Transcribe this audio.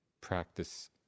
practice